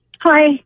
Hi